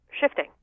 shifting